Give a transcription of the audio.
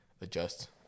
adjust